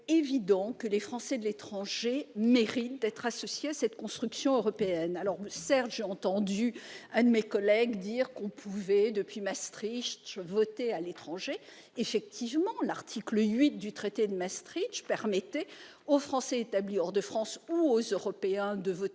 évident que les Français de l'étranger méritent d'être associés à cette construction européenne. Certes, j'ai entendu l'un de mes collègues le dire, on peut, depuis Maastricht, voter depuis l'étranger. Effectivement, l'article 8 du traité de Maastricht a permis aux Français établis hors de France ou aux Européens de voter